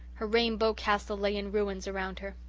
her rainbow castle lay in ruins round her.